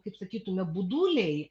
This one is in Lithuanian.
kaip sakytume buduliai